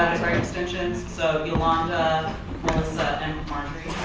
extensions so yolanda, melissa and marjory.